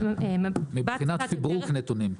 מבחינת פברוק נתונים.